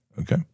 Okay